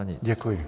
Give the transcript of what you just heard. Děkuji.